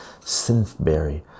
Synthberry